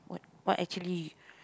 what actually